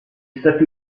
stati